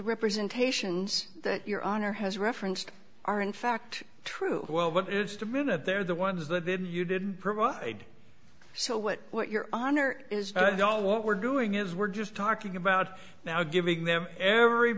representations that your honor has referenced are in fact true well what is to minute they're the ones that didn't you didn't provide so what what your honor is i don't know what we're doing is we're just talking about now giving them every